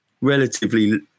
Relatively